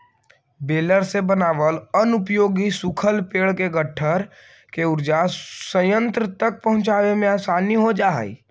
baler से बनाल अनुपयोगी सूखल पेड़ के गट्ठर के ऊर्जा संयन्त्र तक पहुँचावे में आसानी हो जा हई